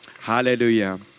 Hallelujah